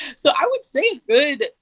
so i would say a good,